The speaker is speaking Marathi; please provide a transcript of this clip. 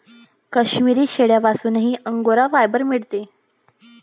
काश्मिरी शेळ्यांपासूनही अंगोरा फायबर मिळते